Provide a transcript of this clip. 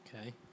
Okay